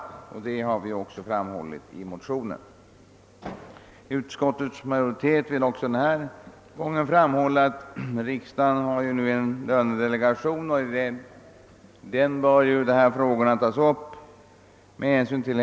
Detta har vi också framhållit i motionen. Utskottet uttalar även denna gång att dessa frågor bör tas upp i riksdagens lönedelegation.